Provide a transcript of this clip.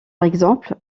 exemple